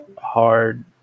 Hard